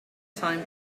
time